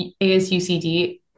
ASUCD